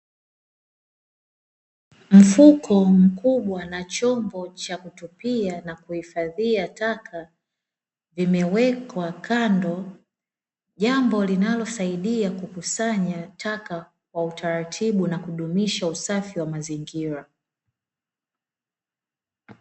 Mfuko mkubwa na chombo cha kutupia na kuhufadhia taka imewekwa kando, jambo linalosaidia kukusanya taka kwa utaratibu na kudumisha usafi wa mazingira.